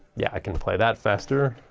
yeah i can play that faster.